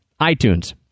itunes